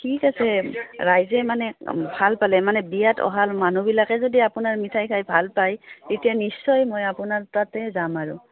ঠিক আছে ৰাইজে মানে ভাল পালে মানে বিয়াত অহা মানুহবিলাকে যদি আপোনাৰ মিঠাই খাই ভাল পায় তেতিয়া নিশ্চয় মই আপোনাৰ তাতে যাম আৰু